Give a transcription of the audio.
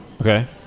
Okay